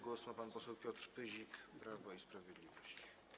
Głos ma pan poseł Piotr Pyzik, Prawo i Sprawiedliwość.